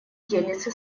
делится